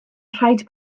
rhaid